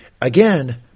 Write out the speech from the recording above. Again